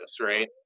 Right